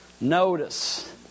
Notice